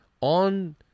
on